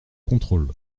contrôle